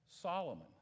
Solomon